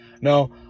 No